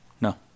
No